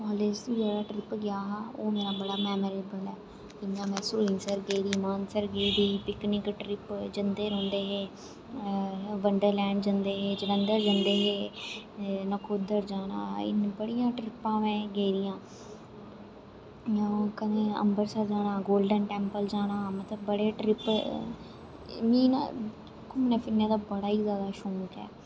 college दा जेह्ड़ा trip गेआ हा ओह् मेरा बड़ा मैमरेबल ऐ इ'यां में सरुंईसर गेदी मानसर गेदी पिकनिक ट्रिप जंदे रौंह्दे हे बंडरलैंड जंदे हे जलंधर जंदे हे नकोदर जाना बड़ियां ट्रिपां में गेदा आं इयां कदें अम्बरसर जाना कदें गोल्डन टैंपल जाना मतलब बड़े ट्रिप मीं ना घूमने फिरने दा बड़ा ही जादा शौंक ऐ